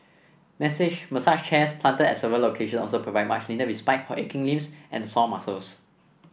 message massage chairs planted at several location also provide much needed respite for aching limbs and sore muscles